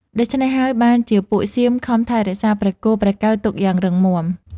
ដូច្នេះហើយបានជាពួកសៀមខំថែរក្សាព្រះគោព្រះកែវទុកយ៉ាងរឹងមាំ។